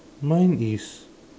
mine is